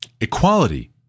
Equality